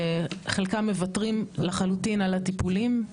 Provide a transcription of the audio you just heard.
חלקם מוותרים לחלוטין על הטיפולים,